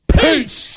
peace